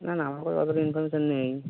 না না আমার কাছে অতোটা ইনফর্মেশান নেই